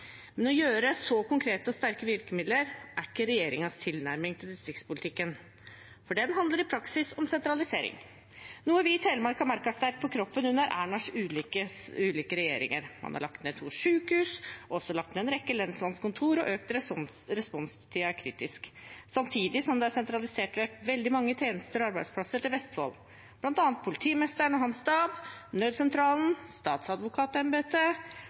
Men å bruke så konkrete og sterke virkemidler er ikke regjeringens tilnærming til distriktspolitikken. Den handler i praksis om sentralisering, noe vi i Telemark har merket sterkt på kroppen under Ernas ulike regjeringer. Man har lagt ned to sykehus og en rekke lensmannskontorer og økt responstiden kritisk, samtidig som veldig mange tjenester og arbeidsplasser er sentralisert vekk til Vestfold, bl.a. politimesteren og hans stab, nødsentralen, statsadvokatembetet,